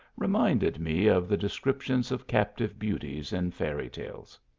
reminded me of the descriptions of captive beauties in fairy tales.